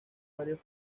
varios